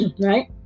right